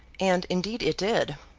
and indeed it did.